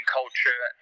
culture